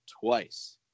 twice